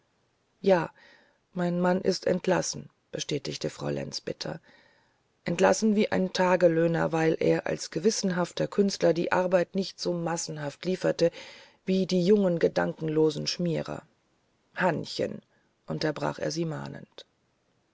ja mein mann ist entlassen bestätigte frau lenz bitter entlassen wie ein tagelöhner weil er als gewissenhafter künstler die arbeit nicht so massenhaft lieferte wie die jungen gedankenlosen schmierer hannchen unterbrach er sie mahnend